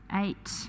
eight